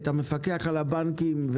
את המפקח על הבנקים,